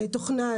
תוכנה,